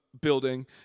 building